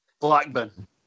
Blackburn